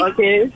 Okay